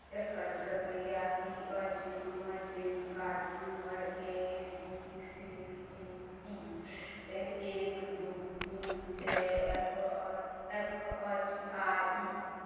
एकर प्रक्रिया की अछि हमर PAN card number A B C D E एक दू तीन चारि एफ एफ अछि आ ई